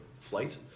flight